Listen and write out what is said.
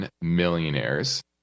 millionaires